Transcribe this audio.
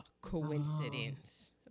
coincidence